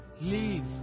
leave